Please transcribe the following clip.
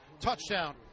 touchdown